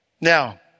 Now